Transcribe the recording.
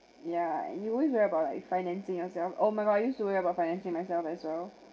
yeah and you always worry about like financing yourself oh my god I used to worry about financing myself as well